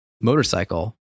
motorcycle